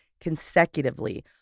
consecutively